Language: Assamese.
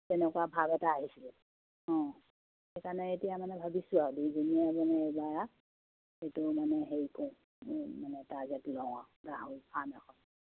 তেনেকুৱা ভাৱ এটা আহিছিলে অঁ সেইকাৰণে এতিয়া মানে ভাবিছোঁ আৰু দুইজনীয়া মানে এবাৰ আৰু এইটো মানে হেৰি কৰো মানে টাৰ্গেট লও আৰু গাহৰি ফাৰ্ম এখন